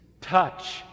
touch